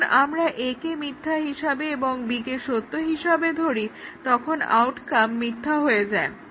যখন আমরা A কে মিথ্যা হিসাবে এবং B কে সত্য হিসাবে ধরি তখন আউটকাম মিথ্যা হয়ে যায়